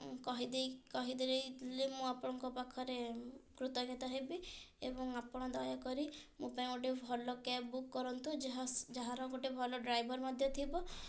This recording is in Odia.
କହିଦେଇ କହିଦେଲେ ମୁଁ ଆପଣଙ୍କ ପାଖରେ କୃତଜ୍ଞତା ହେବି ଏବଂ ଆପଣ ଦୟାକରି ମୋ ପାଇଁ ଗୋଟେ ଭଲ କ୍ୟାବ୍ ବୁକ୍ କରନ୍ତୁ ଯାହା ଯାହାର ଗୋଟେ ଭଲ ଡ୍ରାଇଭର୍ ମଧ୍ୟ ଥିବ